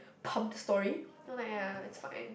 pump the story no like yeah it's fine